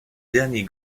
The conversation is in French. dernier